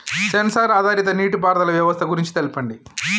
Censor ఆధారిత నీటిపారుదల వ్యవస్థ గురించి తెల్పండి?